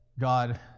God